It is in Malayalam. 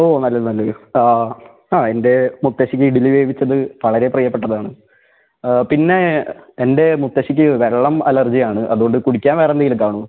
ഓ നല്ല നല്ലത് ആ ആ എൻറെ മുത്തശ്ശിക്ക് ഇഡ്ഡലി വേവിച്ചത് വളരെ പ്രിയപ്പെട്ടതാണ് പിന്നെ എൻ്റെ മുത്തശ്ശിക്ക് വെള്ളം അലർജി ആണ് അതുകൊണ്ട് കുടിക്കാൻ വേറെ എന്തെങ്കിലും കാണുമോ